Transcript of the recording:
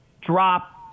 drop